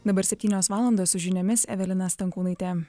dabar septynios valandos su žiniomis evelina stankūnaitė